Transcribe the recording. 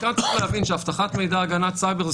מכאן צריך להבין שאבטחת מידע הגנת סייבר זה